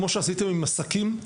כמו שעשיתם עם עסקים,